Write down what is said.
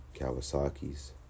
Kawasaki's